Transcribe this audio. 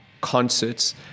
concerts